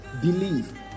believe